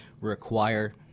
require